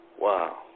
Wow